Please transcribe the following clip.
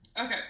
okay